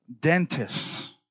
Dentists